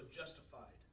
justified